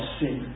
sin